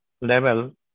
level